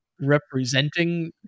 representing